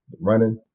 running